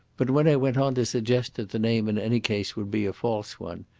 but when i went on to suggest that the name in any case would be a false one,